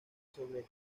sobre